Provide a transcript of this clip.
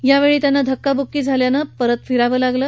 यावेळी त्यांना धक्काब्क्की झाल्यानं तिथून परत फिरावं लागलं